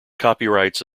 copyrights